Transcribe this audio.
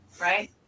right